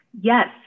Yes